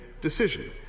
decision